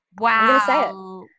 wow